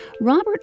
Robert